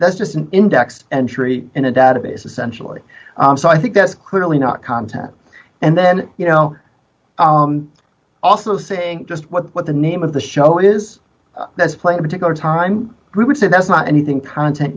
that's just an index entry in a database essentially so i think that's clearly not content and then you know also saying just what the name of the show is that's playing particular time we would say that's not anything content